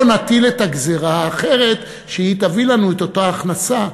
נטיל את הגזירה האחרת שתביא לנו את אותה הכנסה.